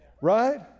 Right